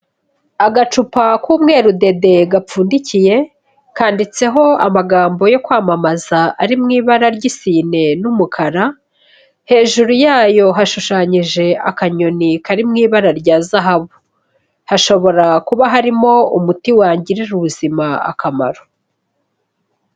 Agacupa k'umweru dede gapfundikiye, kanditseho amagambo yo kwamamaza ari mu ibara ry'isine n'umukara, hejuru yayo hashushanyije akanyoni kari mu ibara rya zahabu, hashobora kuba harimo umuti wangirira ubuzima akamaro.